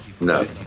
No